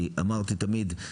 כי אמרתי תמיד,